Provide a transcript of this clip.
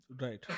Right